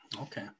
Okay